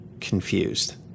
confused